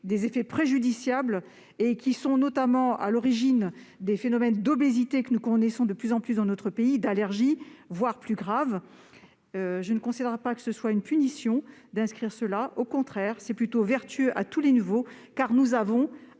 des effets préjudiciables sur la santé. Ils sont notamment à l'origine des phénomènes d'obésité, que nous connaissons de plus en plus dans notre pays, et d'allergies, voire plus grave. Je ne considère pas cette mesure comme une punition. Au contraire, c'est plutôt vertueux à tous les niveaux, car nous avons